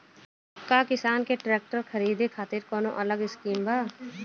का किसान के ट्रैक्टर खरीदे खातिर कौनो अलग स्किम बा?